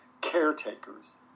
caretakers